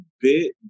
bit